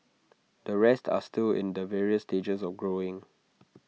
the rest are still in the various stages of growing